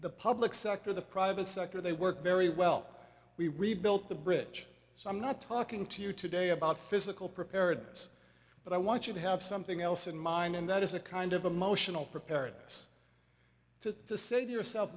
the public sector the private sector they work very well we rebuilt the bridge so i'm not talking to you today about physical preparedness but i want you to have something else in mind and that is a kind of emotional preparedness to to say to yourself